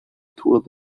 tour